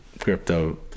crypto